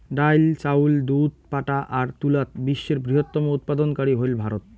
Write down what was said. ডাইল, চাউল, দুধ, পাটা আর তুলাত বিশ্বের বৃহত্তম উৎপাদনকারী হইল ভারত